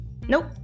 Nope